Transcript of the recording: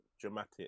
dramatic